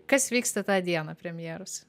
kas vyksta tą dieną premjeros